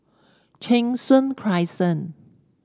Cheng Soon Crescent